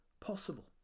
possible